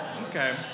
Okay